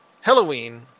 Halloween